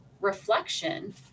reflection